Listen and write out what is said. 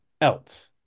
else